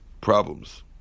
problems